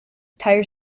tire